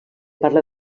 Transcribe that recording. parla